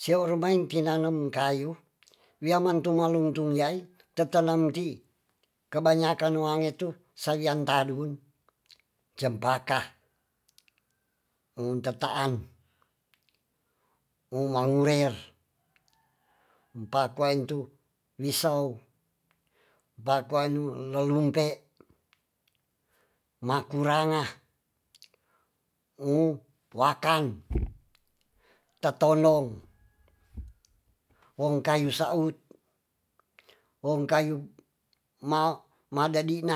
Sia u rumain tinanem kayu wia man tumaluntug yaai tetenem ti kebanyakan wange tu sa wian taduun cempaka un tetaan um wangurer umpak wain tu wisau bapa nu lelungke makuranga u wakang ttonong wong kayu saut wong kayu ma-madadina